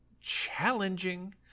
challenging